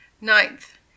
Ninth